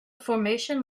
formation